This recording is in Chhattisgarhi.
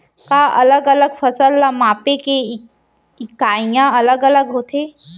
का अलग अलग फसल ला मापे के इकाइयां अलग अलग होथे?